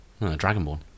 Dragonborn